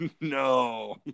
No